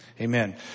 Amen